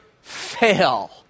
fail